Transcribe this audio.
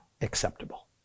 acceptable